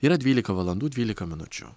yra dvylika valandų dvylika minučių